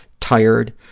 tired.